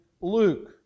Luke